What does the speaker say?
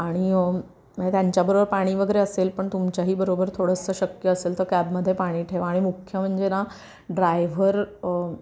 आणि त्यांच्याबरोबर पाणी वगैरे असेल पण तुमच्याही बरोबर थोडंसं शक्य असेल तर कॅबमध्ये पाणी ठेवा आणि मुख्य म्हणजे ना ड्रायव्हर